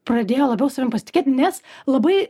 pradėjo labiau savim pasitikėt nes labai